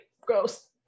gross